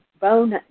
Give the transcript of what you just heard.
bone